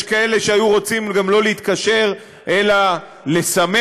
יש כאלה שהיו רוצים גם לא להתקשר אלא לסמס,